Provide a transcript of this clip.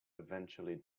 eventually